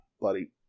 buddy